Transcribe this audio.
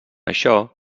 això